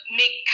make